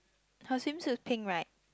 her swimsuit pink right